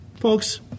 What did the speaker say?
Folks